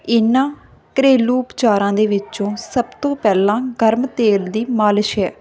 ਇਹਨਾਂ ਘਰੇਲੂ ਉਪਚਾਰਾਂ ਦੇ ਵਿੱਚੋਂ ਸਭ ਤੋਂ ਪਹਿਲਾਂ ਗਰਮ ਤੇਲ ਦੀ ਮਾਲਿਸ਼ ਹੈ